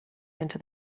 into